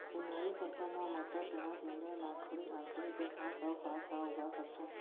उनहारी फसल मा मटर, चना, तिंवरा, लाखड़ी, अंकरी के साथ अऊ का का उगा सकथन?